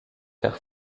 faire